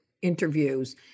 interviews